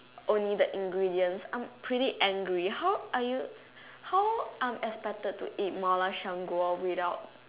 only the ingredients I'm pretty angry how are you how I'm expected to eat mala 香锅 without